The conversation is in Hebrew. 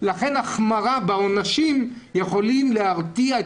לכן החמרה בעונשים יכולים להרתיע,